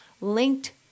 linked